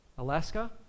Alaska